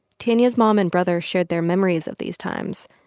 tanya's mom and brother shared their memories of these times,